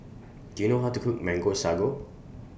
Do YOU know How to Cook Mango Sago